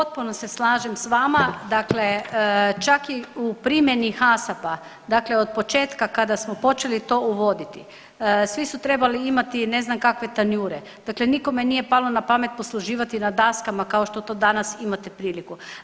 Potpuno se slažem s vama, dakle čak i u primjeni HASAP-a, dakle od početka kada smo počeli to uvoditi, svi su trebali imati ne znam kakve tanjure, dakle nikome nije palo na pamet posluživati na daskama, kao što to danas imate priliku.